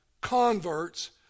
converts